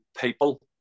people